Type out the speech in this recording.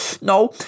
no